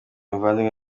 muvandimwe